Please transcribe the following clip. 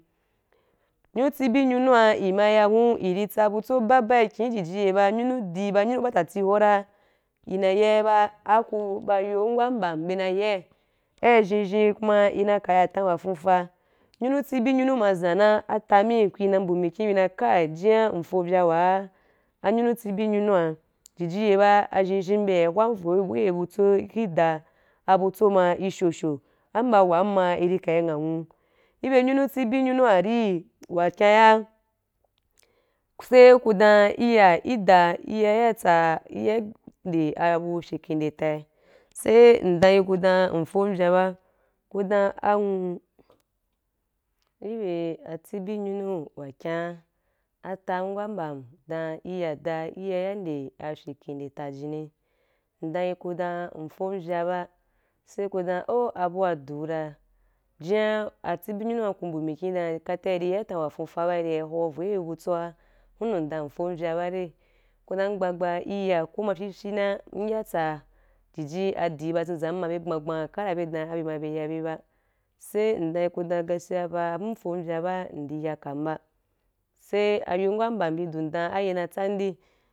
Nyunu tsibi nyunua, i ma ya hun i ri tsa butso i baba i khin i jiji ye ba di ba nyunu batati ho ra i na ya ba a ku ba ayom wa mba bye na yai aí zhenzhen kuma i na kaya atan wa fuufa nyunu tsibi nyunu ma zan na atami ku i mpu mikin ku i dan kni jian nfo vya wa anyunu tsibi nyunua i ji ye ba a zhen zhen bije ya hwen avo i butso i da a butso ma i shosho am ba wam ma i ka i ngha nwu ki be nyunu tsibi nyunua ri wa kyan ya sai ku dam i ya i ` da i ya ya tsa í ya nde abu fyaken nde tai sai ndan yi ku dam nfom vya ba ku dam anwu ki bye anyunu atsibi wa kyan atan wa mba dan i ya da i ya nde afyaken nde ta jini ndan yi ku dan nfom vya ba sai ku dam oh abua du ra, jian atsibi nyunua ku mpu mikin dom kafa, i ri ya i tan wa fuufa ba i ya hwau vo i bye butso hunu ndan nfom vya ba rai ku dan ngba gba i ya ko ma fyii fyii fyii na n ya tsa jiji adi ba zenzam ma bye gban gban kara be dan a be ma be ri ya be ba sai nda yi ku dan gaskiya paa abum mfom vya ba ndi ya kam ba sai ayom wa mbam bi dum dam akai na tsandi.